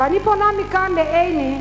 ואני פונה מכאן לעיני: